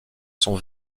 son